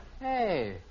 Hey